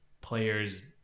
players